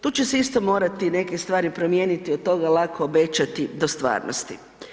Tu će se isto morati neke stvari promijeniti od toga lako obećati do stvarnosti.